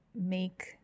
make